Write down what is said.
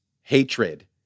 hatred